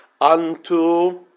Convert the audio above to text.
unto